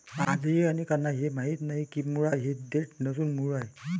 आजही अनेकांना हे माहीत नाही की मुळा ही देठ नसून मूळ आहे